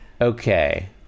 okay